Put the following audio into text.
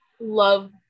love